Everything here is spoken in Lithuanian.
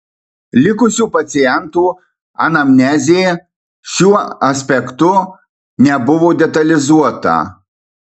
likusių pacientų anamnezė šiuo aspektu nebuvo detalizuota